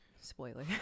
spoiler